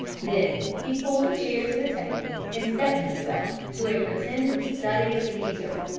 then he pulled a chair to the table and set himself to a pretended study of caesar.